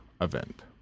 event